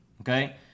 Okay